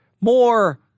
more